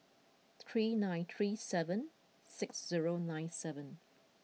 three nine three seven six zero nine seven